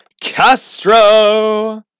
Castro